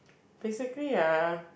basically ah